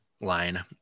line